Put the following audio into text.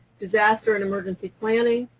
disaster and emergency planning,